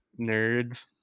nerds